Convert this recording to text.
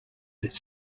that